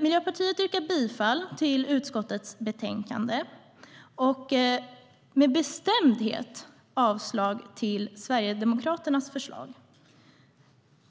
Miljöpartiet yrkar bifall till förslaget i utskottets betänkande och med bestämdhet avslag på Sverigedemokraternas förslag.